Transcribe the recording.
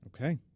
Okay